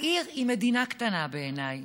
העיר היא מדינה קטנה, בעיניי,